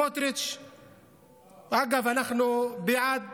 אגב, אנחנו בעד